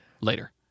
later